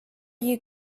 you